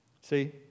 See